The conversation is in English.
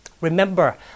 Remember